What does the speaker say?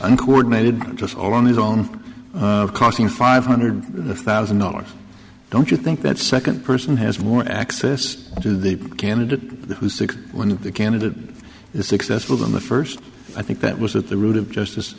uncoordinated just all on his own costing five hundred thousand dollars don't you think that second person has more access to the candidate who says one of the candidates is successful than the first i think that was at the root of justice